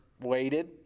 Waited